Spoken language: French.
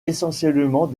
essentiellement